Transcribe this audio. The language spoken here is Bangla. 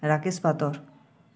রাকেশ পাতর